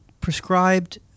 prescribed